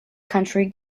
country